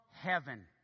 heaven